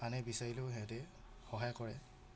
আনে বিচাৰিলেও সিহঁতে সহায় কৰে